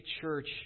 church